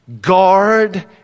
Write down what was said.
guard